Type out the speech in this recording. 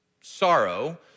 sorrow